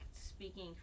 speaking